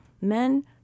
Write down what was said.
men